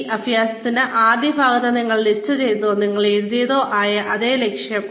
ഈ അഭ്യാസത്തിന്റെ ആദ്യ ഭാഗത്ത് നിങ്ങൾ ലിസ്റ്റ് ചെയ്തതോ നിങ്ങൾ എഴുതിയതോ ആയ അതേ ലക്ഷ്യം